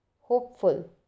hopeful